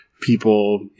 people